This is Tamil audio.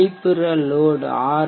வெளிப்புற லோட் ஆர்